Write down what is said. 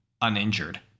uninjured